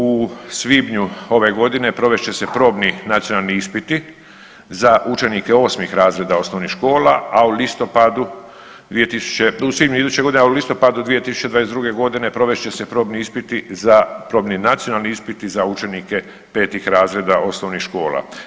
U svibnju ove godine provest će se probni nacionalni ispiti za učenike 8. razreda osnovnih škola, a u listopadu 2000, u svibnju iduće godine, a u listopadu 2022. godine provest će se probni ispiti za probni nacionalni ispiti za učenike 5.-tih razreda osnovnih škola.